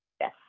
Yes